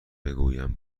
بگویم